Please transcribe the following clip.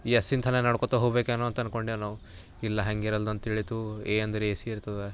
ಎಸ್ಸಿನ ತನ ನಡ್ಕೊತ ಹೋಗ್ಬೇಕೆನೋ ಅಂತ ಅಂದ್ಕೊಂಡೆವು ನಾವು ಇಲ್ಲ ಹಂಗಿರಲ್ಲದು ಅಂತ ತಿಳೀತು ಎ ಅಂದ್ರೆ ಎ ಸಿ ಇರ್ತದೆ